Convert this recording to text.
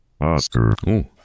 Oscar